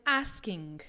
asking